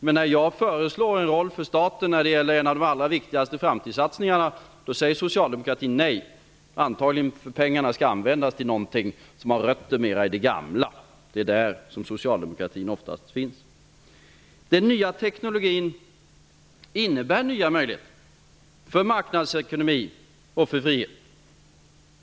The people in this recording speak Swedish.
Men när jag föreslår en roll för staten när det gäller en av de allra viktigaste framtidssatsningarna säger Socialdemokraterna nej, antagligen därför att pengarna skall användas till någonting som mer har rötter i det gamla. Det är där som socialdemokratin oftast finns. Den nya teknologin innebär nya möjligheter för marknadsekonomi och frihet.